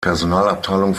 personalabteilung